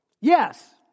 Yes